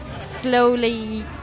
slowly